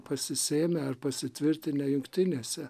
pasisėmę ar pasitvirtinę jungtinėse